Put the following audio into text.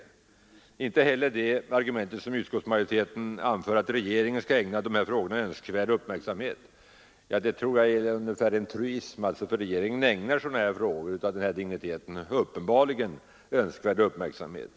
Det gör inte heller det argument som utskottsmajoriteten anför, nämligen att regeringen skall ägna dessa frågor ökad uppmärksamhet. Detta är en truism, för regeringen ägnar uppenbarligen frågor av denna dignitet önskvärd uppmärksamhet.